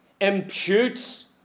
imputes